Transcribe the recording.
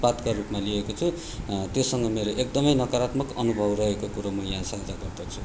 उत्पातका रूपमा लिएको छु त्योसँग मेरो एकदमै नकारात्मक अनुभव रहेको कुरो म यहाँ साझा गर्दछु